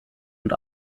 und